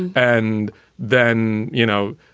and then, you know,